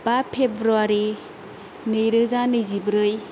बा फेब्रुवारि नैरोजा नैजिब्रै